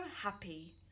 happy